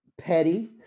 petty